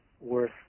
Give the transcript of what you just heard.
worth